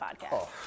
podcast